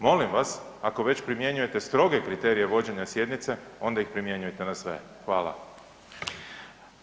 Molim vas ako već primjenjujete stroge kriterije vođenja sjednice onda ih primjenjujte na sve.